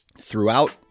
throughout